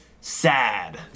sad